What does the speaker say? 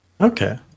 okay